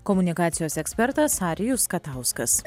komunikacijos ekspertas arijus katauskas